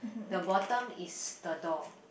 the bottom is the door